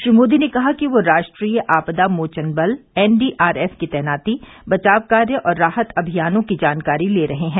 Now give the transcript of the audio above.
श्री मोदी ने कहा कि वे राष्ट्रीय आपदा मोचन बल एनडीआरएफ की तैनाती बचाव कार्य और राहत अभियानों की जानकारी ले रहे हैं